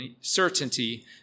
certainty